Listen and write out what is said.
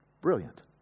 Brilliant